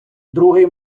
другий